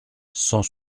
cent